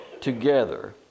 together